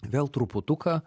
vėl truputuką